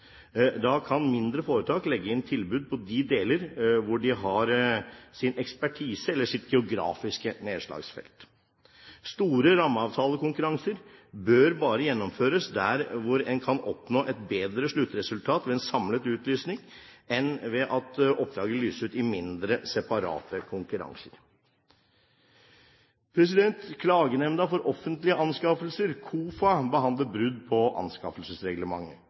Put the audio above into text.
Da kan mindre foretak legge inn tilbud på de deler hvor de har sin ekspertise eller sitt geografiske nedslagsfelt. Store rammeavtalekonkurranser bør bare gjennomføres der hvor en kan oppnå et bedre sluttresultat ved en samlet utlysning enn ved at oppdraget lyses ut i mindre separate konkurranser. Klagenemnda for offentlige anskaffelser, KOFA, behandler brudd på anskaffelsesreglementet.